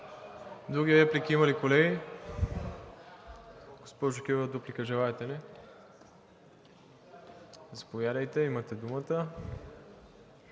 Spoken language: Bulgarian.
Други реплики има ли, колеги? Не. Госпожо Кирова, дуплика желаете ли? Заповядайте, имате думата.